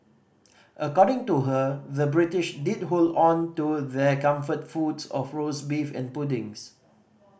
according to her the British did hold on to their comfort foods of roast beef and puddings